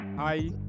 Hi